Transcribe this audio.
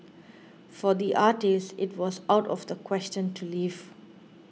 for the artist it was out of the question to leave